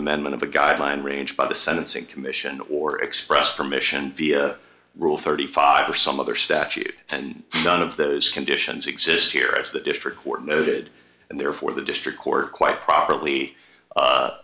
amendment of the guideline range by the sentencing commission or express permission via rule thirty five for some other statute and none of those conditions exist here as the district court noted and therefore the district court quite properly